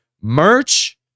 merch